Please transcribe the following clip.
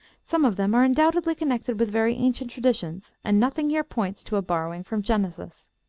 some of them are undoubtedly connected with very ancient traditions, and nothing here points to a borrowing from genesis.